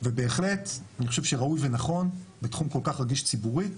ובהחלט אני חושב שראוי ונכון בתחום כל כך רגיש ציבורית